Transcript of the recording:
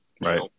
right